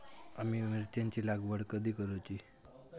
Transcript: आम्ही मिरचेंची लागवड कधी करूची?